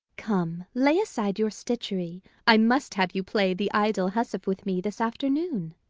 come, lay aside your stitchery i must have you play the idle huswife with me this afternoon.